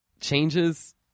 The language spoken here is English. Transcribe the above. changes